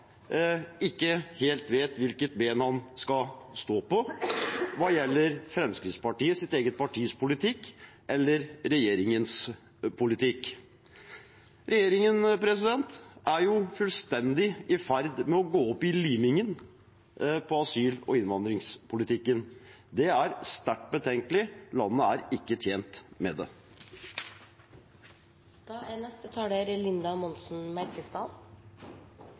ikke helt vet hvilket ben han skal stå på: hans eget parti Fremskrittspartiets politikk eller regjeringens politikk. Regjeringen er jo i ferd med fullstendig å gå opp i limingen når det gjelder asyl- og innvandringspolitikken. Det er sterkt betenkelig. Landet er ikke tjent med det.